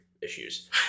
issues